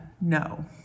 no